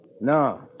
No